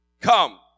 Come